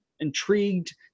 Intrigued